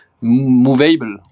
movable